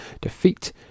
defeat